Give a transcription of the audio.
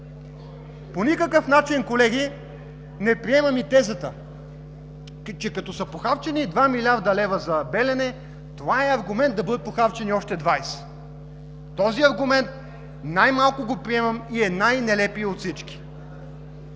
По никакъв начин, колеги, не приемам тезата, че като са похарчени 2 млрд. лв. за „Белене“, това е аргумент да бъдат похарчени още 20. Този аргумент най-малко го приемам и е най нелепият от всички.